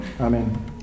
Amen